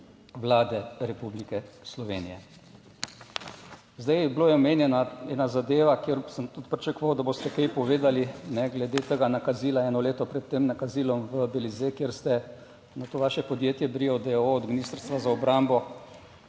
Vlade Republike Slovenije. Zdaj, bila je omenjena ena zadeva, kjer sem tudi pričakoval, da boste kaj povedali glede tega nakazila, eno leto pred tem nakazilom v Belize, kjer ste na to vaše podjetje Brio deoo od Ministrstva za obrambo